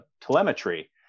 telemetry